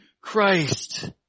Christ